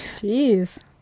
Jeez